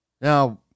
Now